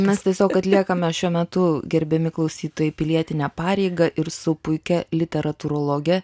mes tiesiog atliekame šiuo metu gerbiami klausytojai pilietinę pareigą ir su puikia literatūrologe